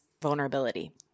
vulnerability